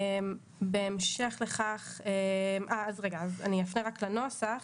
אני אפנה רק לנוסח.